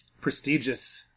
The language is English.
Prestigious